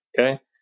Okay